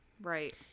Right